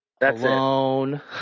Alone